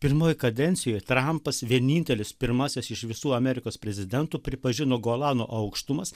pirmoj kadencijoj trampas vienintelis pirmasis iš visų amerikos prezidentų pripažino golano aukštumas